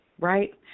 Right